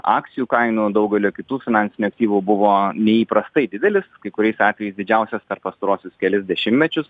akcijų kainų daugelio kitų finansinių aktyvų buvo neįprastai didelis kai kuriais atvejais didžiausias per pastaruosius kelis dešimtmečius